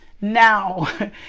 now